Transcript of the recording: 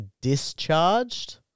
discharged